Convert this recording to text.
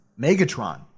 Megatron